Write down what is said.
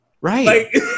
Right